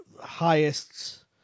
highest –